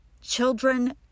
children